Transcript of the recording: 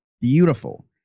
Beautiful